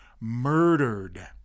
murdered